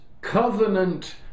covenant